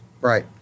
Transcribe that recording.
right